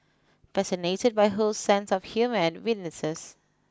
fascinated by Ho's sense of humour and wittinesses